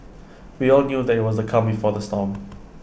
we all knew that IT was the calm before the storm